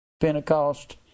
Pentecost